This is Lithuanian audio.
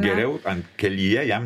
geriau ant kelyje jam